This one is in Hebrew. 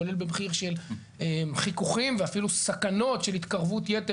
כולל במחיר של חיכוכים ואפילו סכנות של התקרבות יתר